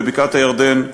בבקעת-הירדן,